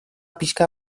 pixka